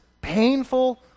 painful